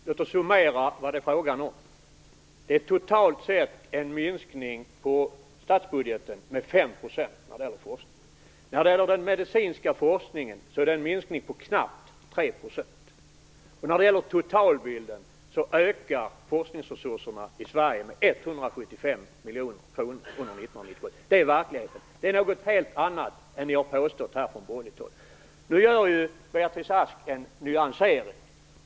Herr talman! Låt oss summera vad det är frågan om: En minskning av statsbudgeten när det gäller forskningen om totalt sett 5 %. När det gäller den medicinska forskningen är minskningen knappt 3 %. Totalt sett ökar forskningsresurserna i Sverige med 175 miljoner kronor under 1997. Det är verkligheten. Det är något helt annat än vad man har påstått här från borgerligt håll. Nu gör Beatrice Ask en nyansering.